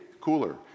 cooler